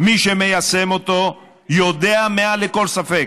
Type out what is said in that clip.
מי שמיישם אותו יודע מעל לכל ספק